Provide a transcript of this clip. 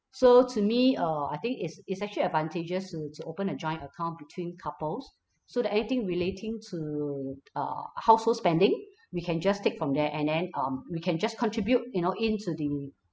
so to me uh I think it's it's actually advantageous to to open a joint account between couples so that anything relating to uh household spending we can just take from there and then um we can just contribute you know into the